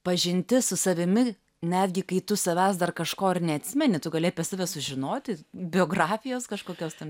pažintis su savimi netgi kai tu savęs dar kažko ir neatsimeni tu gali apie save sužinoti biografijos kažkokios ten